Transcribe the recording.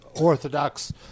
orthodox